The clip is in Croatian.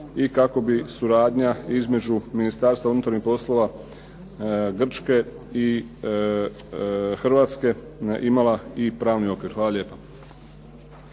i kako bi suradnja između Ministarstva unutarnjih poslova Grčke i Hrvatske imala i pravni okvir. Hvala lijepo.